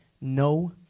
no